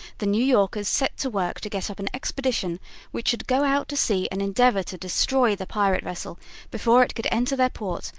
the new yorkers set to work to get up an expedition which should go out to sea and endeavor to destroy the pirate vessel before it could enter their port,